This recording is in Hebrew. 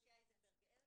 שושי אייזנברג הרץ,